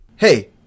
Hey